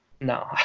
No